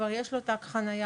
כבר יש לו תג חניה,